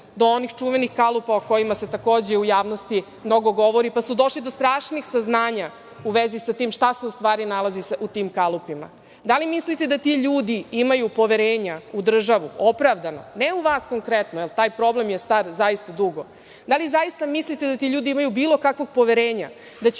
do onih čuvenih kalupa o kojima se takođe u javnosti mnogo govori, pa su došli do strašnih saznanja u vezi sa tim šta se u stvari nalazi u tim kalupima. Da li mislite da ti ljudi imaju poverenja u državu, opravdano, ne u vas konkretno, jer taj problem je star zaista dugo? Da li zaista mislite da ti ljudi imaju bilo kakvog poverenja